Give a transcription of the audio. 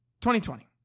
2020